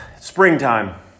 Springtime